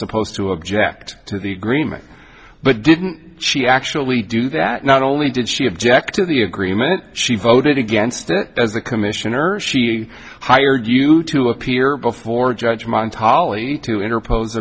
supposed to object to the agreement but didn't she actually do that not only did she object to the agreement she voted against it as the commissioner she hired you to appear before judge mine tali to interpose